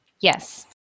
Yes